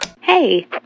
Hey